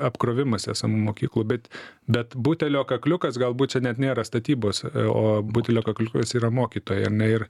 apkrovimas esamų mokyklų bet bet butelio kakliukas galbūt čia net nėra statybos o butelio kakliukas yra mokytojai ar ne ir